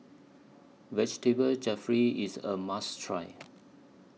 Vegetable Jalfrezi IS A must Try